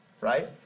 right